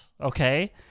Okay